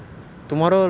morning cannot do